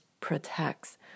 protects